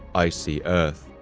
icy earth.